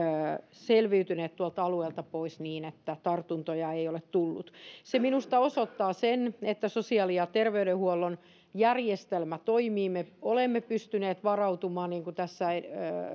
selviytyneet tuolta alueelta pois niin että tartuntoja ei ole tullut se minusta osoittaa sen että sosiaali ja terveydenhuollon järjestelmä toimii me olemme pystyneet tähän varautumaan niin kuin tässä